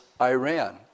Iran